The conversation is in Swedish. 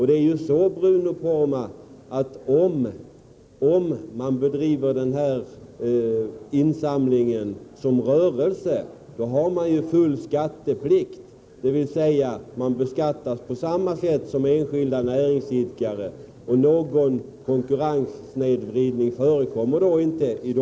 Det är ju också så, Bruno Poromaa, att om man bedriver t.ex. insamling som rörelse, har man full skatteplikt, dvs. beskattas på samma sätt som enskilda näringsidkare. Någon konkurrenssnedvridning förekommer därför inte.